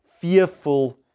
fearful